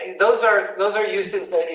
those are those are uses that, you